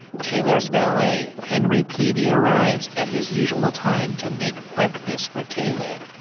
taylor's valet, henry peavey, arrives at his usual time to make breakfast for taylor.